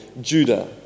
Judah